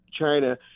China